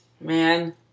man